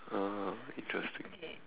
oh interesting